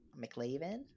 McLavin